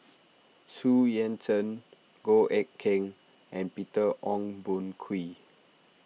Xu Yuan Zhen Goh Eck Kheng and Peter Ong Boon Kwee